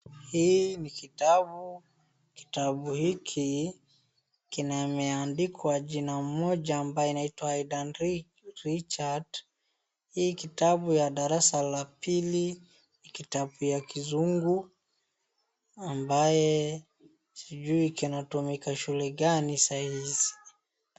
Hii ni kitabu, kitabu hiki kinameandikwa jina moja ambayo inaitwa Haydn Richards, hii kitabu ya darasa la pili. Ni kitabu ya kizungu, ambaye sijui kinatumika shule gani saa hizi.